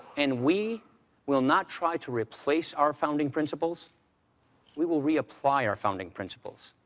and we will not try to replace our founding principles we will reapply our founding principles.